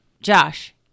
Josh